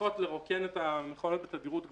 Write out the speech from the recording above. מצריכות לרוקן את המכונות בתדירות גבוהה.